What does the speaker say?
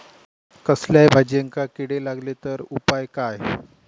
कसल्याय भाजायेंका किडे लागले तर उपाय काय?